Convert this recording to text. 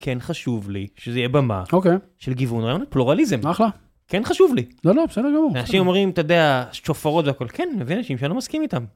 כן חשוב לי שזה יהיה במה של גיוון, פלורליזם, כן חשוב לי. לא, לא, בסדר גמור. אנשים אומרים אתה יודע, שופרות והכול, כן, נביא אנשים שאני לא מסכים איתם.